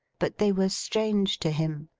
but they were strange to him,